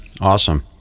Awesome